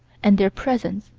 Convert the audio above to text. and their presence,